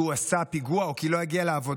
כי הוא עשה פיגוע או כי לא הגיע לעבודה,